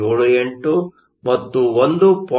78 ಮತ್ತು 1